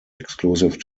exclusive